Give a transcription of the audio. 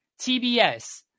TBS